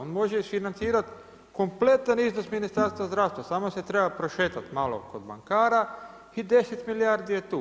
On može isfinancirati kompletan iznos Ministarstva zdravstva, samo se treba prošetati malo kod bankara i 10 milijardi je tu.